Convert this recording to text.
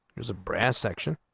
is a brass section